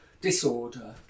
disorder